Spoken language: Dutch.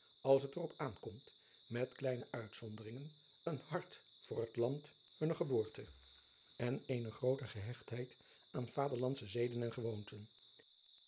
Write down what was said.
als het er op aankomt met kleine uitzonderingen een hart voor het land hunner geboorte en eene groote gehechtheid aan vaderlandsche zeden en gewoonten